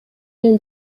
менен